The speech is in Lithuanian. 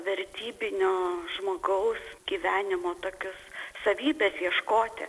vertybinio žmogaus gyvenimo tokios savybės ieškoti